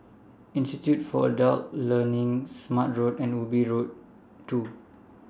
Institute For Adult Learning Smart Road and Ubi Road two